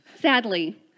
Sadly